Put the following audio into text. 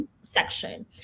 section